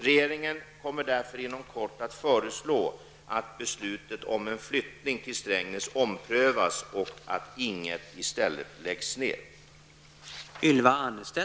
Regeringen kommer därför inom kort att föreslå att beslutet om en flyttning till Stängnäs omprövas och att Ing 1 i stället läggs ned.